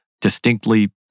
distinctly